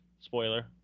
Spoiler